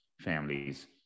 families